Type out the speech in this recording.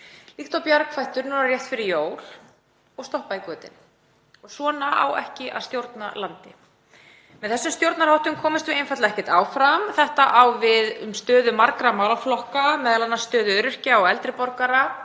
líkt og bjargvættur núna rétt fyrir jól og stoppa í götin. Svona á ekki að stjórna landi. Með þessum stjórnarháttum komumst við einfaldlega ekkert áfram. Þetta á við um stöðu margra málaflokka, m.a. stöðu öryrkja og eldri borgara,